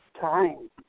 time